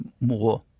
more